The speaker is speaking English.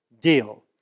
deal